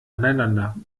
aneinander